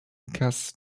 gas